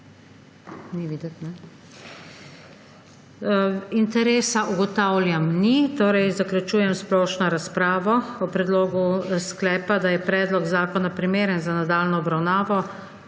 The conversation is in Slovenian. interes? Ugotavljam, da interesa ni. Zaključujem splošno razpravo. O predlogu sklepa, da je predlog zakona primeren za nadaljnjo obravnavo,